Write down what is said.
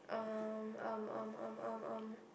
um um um um um um